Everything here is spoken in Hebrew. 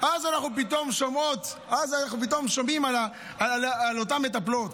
אז פתאום אנחנו שומעים על אותן מטפלות.